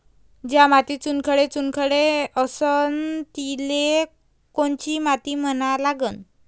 ज्या मातीत चुनखडे चुनखडे असन तिले कोनची माती म्हना लागन?